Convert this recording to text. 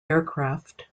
aircraft